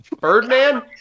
Birdman